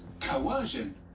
coercion